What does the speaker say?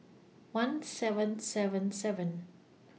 one seven seven seven